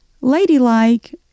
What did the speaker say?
ladylike